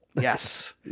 Yes